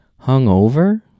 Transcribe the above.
hungover